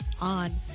on